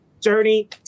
journey